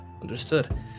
understood